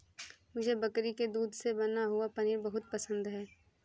मुझे बकरी के दूध से बना हुआ पनीर बहुत पसंद है